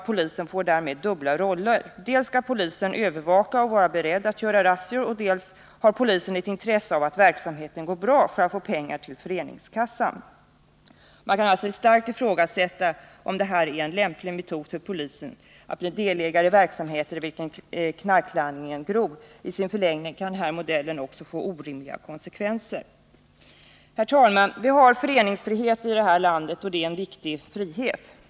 Polisen får därmed dubbla roller: dels skall polisen övervaka och vara beredd att göra razzior, dels har polisen ett intresse av att verksamheten går bra för att få pengar till föreningskassan. Man kan alltså starkt ifrågasätta om det är lämpligt för polisen att bli delägare i en verksamhet i vilken knarklangningen gror. I sin förlängning kan den här modellen få orimliga konsekvenser. Herr talman! Vi har föreningsfrihet här i landet. Och det är en viktig frihet.